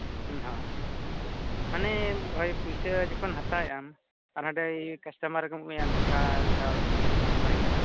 ᱦᱮᱸ ᱢᱟᱱᱮ ᱦᱳᱭ ᱯᱩᱭᱥᱟᱹ ᱡᱚᱦᱚᱱ ᱦᱟᱛᱟᱣᱮᱫᱟᱢ ᱟᱨ ᱦᱟᱸᱰᱮ ᱠᱟᱥᱴᱚᱢᱟᱨᱠᱚ ᱫᱷᱳᱠᱟ ᱞᱮᱠᱟᱢ ᱮᱢᱟᱭ ᱠᱟᱱᱟ